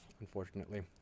unfortunately